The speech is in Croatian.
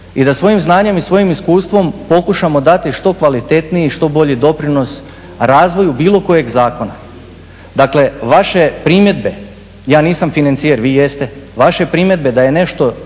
i da svojim znanjem i svojim iskustvom pokušamo dati što kvalitetniji, što bolji doprinos razvoju bilo kojeg zakona. Dakle, vaše primjedbe, ja nisam financijer, vi jeste, vaše primjedbe da je nešto